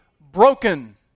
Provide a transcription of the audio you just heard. broken